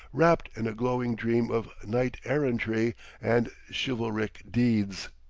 rapt in a glowing dream of knighterrantry and chivalric deeds.